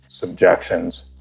subjections